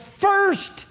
first